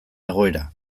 egoera